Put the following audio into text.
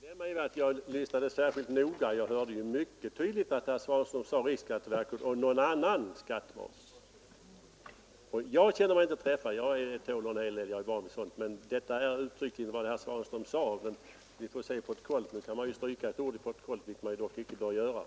Herr talman! Jag lyssnade särskilt noga, och jag hörde mycket tydligt att herr Svanström sade ”riksskatteverket och någon annan skattmas”. Jag känner mig inte träffad. Jag tål en hel del och är van vid sådant. Men detta uttryck var vad herr Svanström sade. Vi får väl se i protokollet. Man kan ju stryka ett ord i protokollet, men man bör icke göra det.